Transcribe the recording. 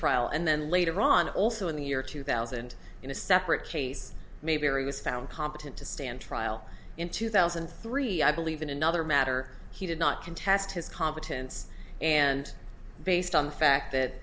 trial and then later on also in the year two thousand in a separate case maybe he was found competent to stand trial in two thousand and three i believe in another matter he did not contest his competence and based on the fact that